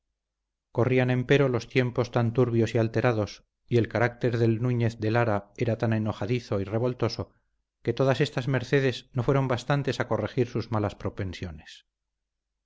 corrían empero los tiempos tan turbios y alterados y el carácter del nuñez de lara era tan enojadizo y revoltoso que todas estas mercedes no fueron bastantes a corregir sus malas propensiones